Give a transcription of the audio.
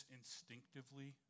instinctively